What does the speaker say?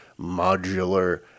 modular